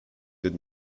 did